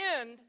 end